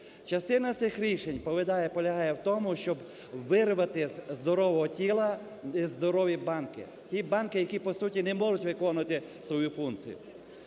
частина цих рішень полягає в тому, щоб вирвати з здорового тіла здорові банки, ті банки, які по суті не можуть виконувати свою функцію.